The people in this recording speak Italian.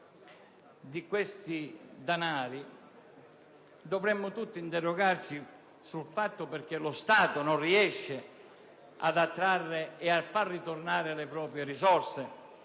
di questi danari, dovremmo tutti interrogarci sui motivi per i quali lo Stato non riesce ad attrarre e a far ritornare le proprie risorse.